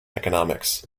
economics